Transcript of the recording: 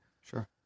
Sure